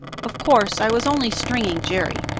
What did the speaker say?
of course, i was only stringing jerry.